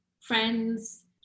friends